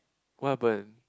what happen